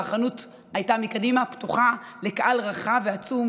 והחנות מלפנים הייתה פתוחה לקהל רחב ועצום.